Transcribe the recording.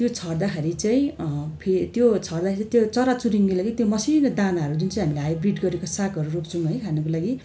त्यो छर्दाखेरि चाहिँ फे त्यो छर्दाखेरि त्यो चराचुरुङ्गीले के त्यो मसिनो दानाहरू जुन चाहिँ हामीले हाइब्रिड गरेको सागहरू रोप्छौँ है खानुको लागि